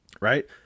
Right